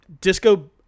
disco